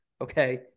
Okay